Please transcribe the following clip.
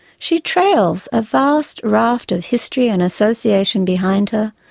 she trails a vast raft of history and association behind her,